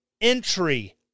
entry